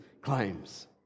claims